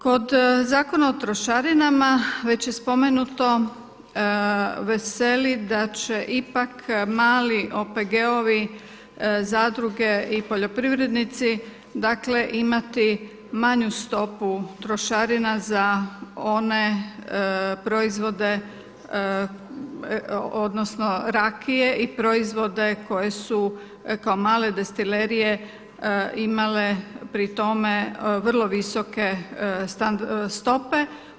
Kod Zakona o trošarinama, već je spomenuto, veseli da će ipak mali OPG-ovi, zadruge i poljoprivrednici, dakle, imati manju stopu trošarina za one proizvode odnosno rakije i proizvode koji su kao male destilerije imale pri tome vrlo visoke stope.